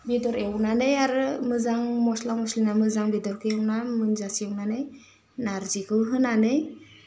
बेदर एवनानै आरो मोजां मस्ला मस्लि होना मोजां बेदरखौ एवना मोनजासे एवनानै नारजिखौ होनानै